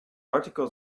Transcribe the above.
article